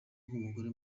nk’umugore